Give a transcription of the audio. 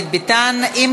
הכנסת החליטה בישיבתה ביום